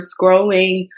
scrolling